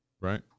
right